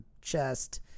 chest